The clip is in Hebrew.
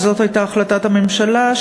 וזאת הייתה החלטת הממשלה,